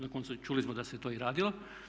Na koncu čuli smo da se to i radilo.